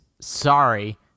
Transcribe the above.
Sorry